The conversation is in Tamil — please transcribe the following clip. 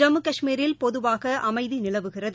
ஜம்மு கஷ்மீரில் பொதுவாக அமைதி நிலவுகிறது